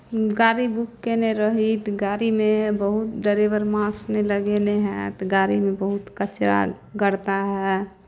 गाड़ी बुक कयने रही तऽ गाड़ीमे बहुत डरेबर मास्क नहि लगेने हए तऽ गाड़ीमे बहुत कचरा गर्दा हए